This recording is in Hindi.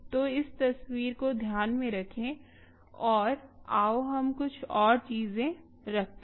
तो इस तस्वीर को ध्यान में रखें और आओ हम कुछ और चीज़ें रखते हैं